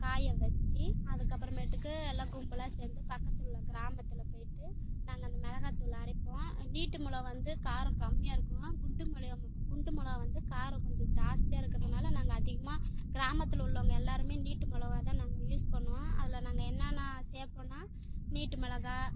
காய வைச்சி அதுக்கப்புறமேட்டுக்கு எல்லாம் கும்பலாக சேர்ந்து பக்கத்தில் கிராமத்தில் போயிட்டு நாங்கள் அந்த மிளகாத்தூள அரைப்போம் நீட்டு மொளகா வந்து காரம் கம்மியாயிருக்கும் குண்டு மிளகா குண்டு மொளகா வந்து காரம் கொஞ்சம் ஜாஸ்தியாருக்கிறதுனால நாங்கள் அதிகமாக கிராமத்தில் உள்ளவங்க எல்லோருமே நீட்டு மொளகா தான் நாங்கள் யூஸ் பண்ணுவோம் அதில் நாங்கள் என்னன்ன சேர்ப்போனா நீட்டு மிளகா